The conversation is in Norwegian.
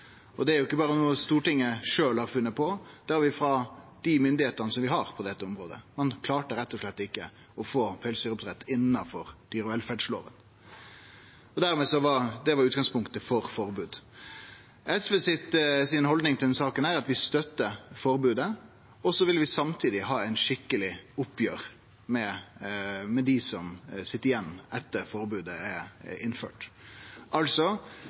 Og det er ikkje berre noko Stortinget har funne på; vi har det frå dei myndigheitene vi har på dette området. Ein klarte rett og slett ikkje å få pelsdyroppdrett inn i dyrevelferdslova, og det var utgangspunktet for forbodet. SV si haldning i denne saka er at vi støttar forbodet, og så vil vi samtidig ha eit skikkelig oppgjer for dei som sit igjen etter at forbodet er innført. Altså: